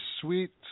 sweet